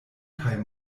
kaj